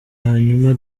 hanyuma